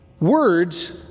words